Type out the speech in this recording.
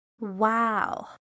Wow